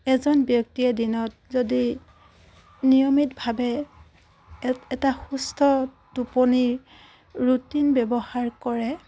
এজন ব্যক্তিয়ে দিনত যদি নিয়মিতভাৱে এ এটা সুস্থ টোপনিৰ ৰুটিন ব্যৱহাৰ কৰে